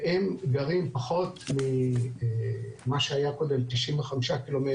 והם גרים פחות ממה שהיה קודם 95 ק"מ,